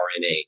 RNA